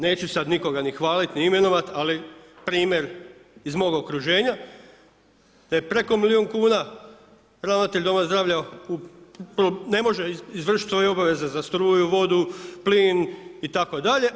Neću sada nikoga ni hvaliti ni imenovati, ali primjer iz moga okruženja, da je preko milijun kn, ravnatelj doma zdravlja ne može izvršiti ove obaveze za struju, vodu, plin, itd.